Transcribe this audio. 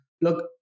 look